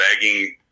begging